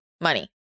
money